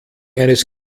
eines